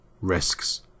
risks